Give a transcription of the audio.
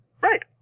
right